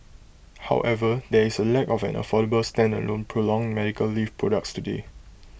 however there is A lack of an affordable stand alone prolonged medical leave products today